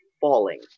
falling